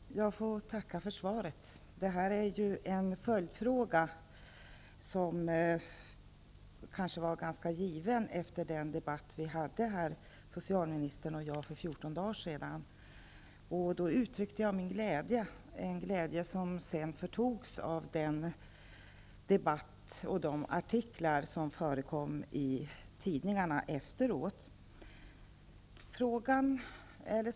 Herr talman! Jag får tacka för svaret. Det här är ju en följfråga, som kanske var ganska given efter den debatt som socialministern och jag hade här för 14 dagar sedan. Då uttryckte jag min glädje, som sedan förtogs av de artiklar som förekom i tidningarna efteråt.